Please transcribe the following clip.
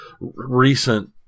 recent